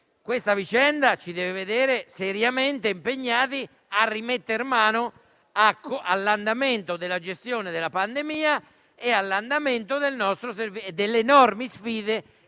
questa vicenda ci deve vedere seriamente impegnati a rimettere mano all'andamento della gestione della pandemia e alle enormi sfide